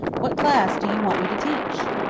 what class do you want me to teach?